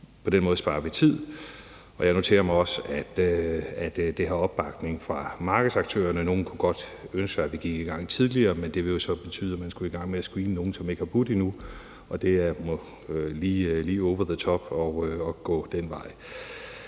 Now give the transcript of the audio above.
På den måde sparer vi tid. Jeg noterer mig også, at det har opbakning fra markedsaktørerne. Nogle kunne godt ønske sig, at vi gik i gang tidligere, men det ville jo så betyde, at man skulle i gang med at screene nogle, som ikke har budt endnu, og det er lidt over the top at gå den vej.